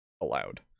allowed